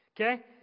okay